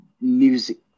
music